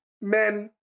men